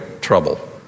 trouble